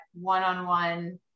one-on-one